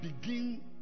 begin